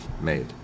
made